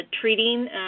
treating